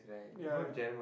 ya ya